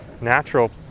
natural